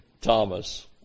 Thomas